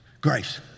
grace